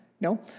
No